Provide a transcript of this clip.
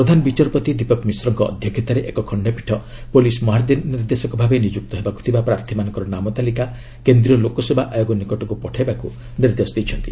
ପ୍ରଧାନ ବିଚାରପତି ଦୀପକ୍ ମିଶ୍ରଙ୍କ ଅଧ୍ୟକ୍ଷତାରେ ଏକ ଖଶ୍ତପୀଠ ପୁଲିସ୍ ମହାନିର୍ଦ୍ଦେଶକ ଭାବେ ନିଯୁକ୍ତ ହେବାକୁ ଥିବା ପ୍ରାର୍ଥୀମାନଙ୍କର ନାମ ତାଲିକା କେନ୍ଦ୍ରୀୟ ଲୋକସେବା ଆୟୋଗ ନିକଟକୁ ପଠାଇବାକୁ ନିର୍ଦ୍ଦେଶ ଦେଇଛନ୍ତି